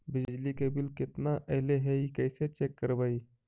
बिजली के बिल केतना ऐले हे इ कैसे चेक करबइ?